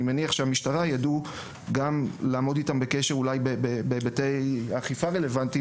אני מניח שהמשטרה ידעו לעמוד איתם בקשר בהיבטי אכיפה רלוונטיים,